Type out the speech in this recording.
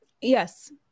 Yes